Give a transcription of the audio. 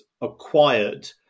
acquired